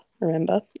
remember